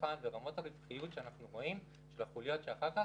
לצרכן ורמות הרווחיות שאנחנו רואים של החוליות אחר כך,